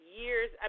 years